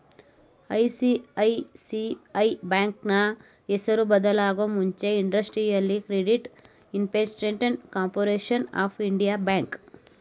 ICICI ಬ್ಯಾಂಕ್ನ ಹೆಸರು ಬದಲಾಗೂ ಮುಂಚೆ industrial credit investment corporation of India bank